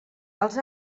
els